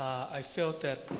i felt that